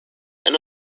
and